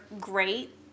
great